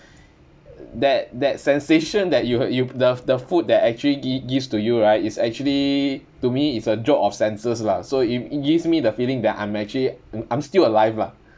that that sensation that you you the the food that actually gi~ gives to you right is actually to me is a jolt of senses lah so it it gives me the feeling that I'm actually I'm I'm still alive lah